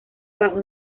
bajo